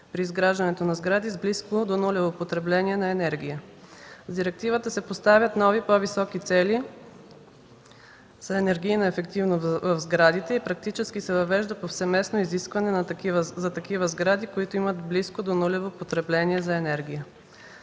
при изграждането на сгради с близко до нулево потребление на енергия. С директивата се поставят нови, по-високи цели за енергийна ефективност в сградите и практически се въвежда повсеместно изискване за такива сгради, които имат близко до нулево потребление на енергия.